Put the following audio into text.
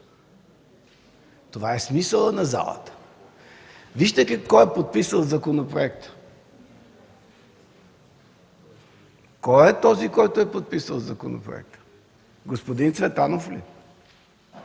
Това е смисълът на залата. Вижте кой е подписал законопроекта. (Показва го.) Кой е този, който е подписал законопроекта? Господин Цветанов ли?